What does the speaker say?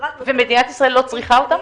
המשרד --- ומדינת ישראל לא צריכה אותם?